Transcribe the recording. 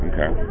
Okay